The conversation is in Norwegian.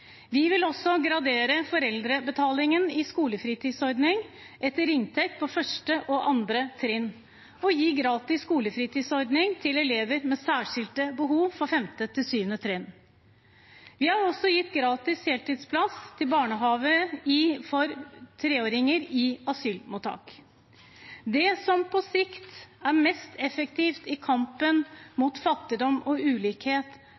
Vi vil også gradere foreldrebetalingen i skolefritidsordningen etter inntekt på første og andre trinn og gi gratis skolefritidsordning til elever med særskilte behov på femte til syvende trinn. Vi har også gitt gratis heltidsplass i barnehage for treåringer i asylmottak. Det som på sikt er mest effektivt i kampen mot fattigdom og ulikhet,